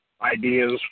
ideas